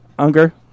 Unger